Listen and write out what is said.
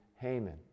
Haman